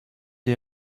der